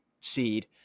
seed